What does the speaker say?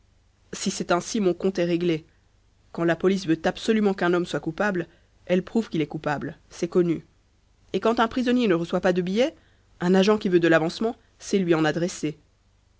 si c'est ainsi mon compte est réglé quand la police veut absolument qu'un homme soit coupable elle prouve qu'il est coupable c'est connu et quand un prisonnier ne reçoit pas de billets un agent qui veut de l'avancement sait lui en adresser